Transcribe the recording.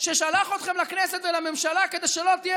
ששלח אתכם לכנסת ולממשלה כדי שלא תהיו